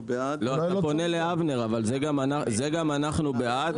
אתה פונה לאבנר, אבל זה גם אנחנו בעד.